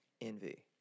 envy